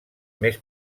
més